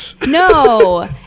No